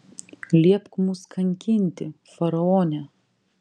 liepk mus kankinti faraone